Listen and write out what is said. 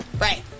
Right